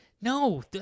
no